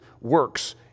works